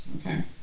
okay